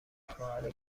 خواهر